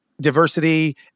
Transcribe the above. diversity